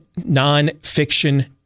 nonfiction